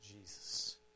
Jesus